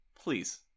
Please